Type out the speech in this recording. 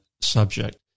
subject